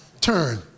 turn